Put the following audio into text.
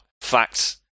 facts